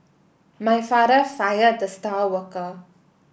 my father fired the star worker